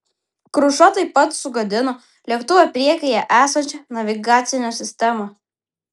kruša taip pat sugadino lėktuvo priekyje esančią navigacinę sistemą